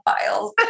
files